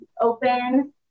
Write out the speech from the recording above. open